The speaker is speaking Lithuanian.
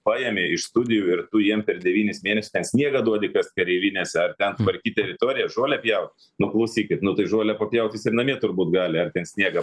paėmė iš studijų ir tu jiem per devynis mėnesius sniegą duodi kast kareivinėse ar ten tvarkyt teritoriją žolę pjaut nu klausykit nu tai žolę papjaut jis ir namie turbūt gali ar ten sniegą